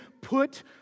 put